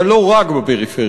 אבל לא רק בפריפריות.